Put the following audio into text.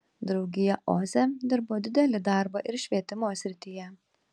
draugija oze dirbo didelį darbą ir švietimo srityje